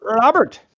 Robert